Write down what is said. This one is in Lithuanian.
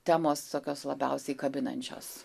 temos tokios labiausiai kabinančios